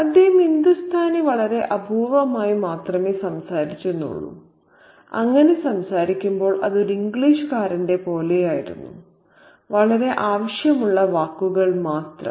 അദ്ദേഹം ഹിന്ദുസ്ഥാനി വളരെ അപൂർവമായി മാത്രമേ സംസാരിച്ചിരുന്നുള്ളൂ അങ്ങനെ സംസാരിക്കുമ്പോൾ അത് ഒരു ഇംഗ്ലീഷുകാരന്റെ പോലെയായിരുന്നു വളരെ ആവശ്യമുള്ള വാക്കുകൾ മാത്രം